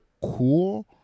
cool